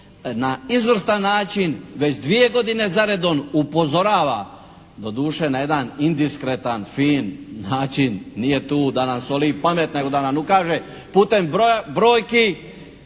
na izvrstan način već dvije godine za redom upozorava doduše na jedan indiskretan, fin način. Nije tu da nam soli pamet nego da nam ukaže putem brojki.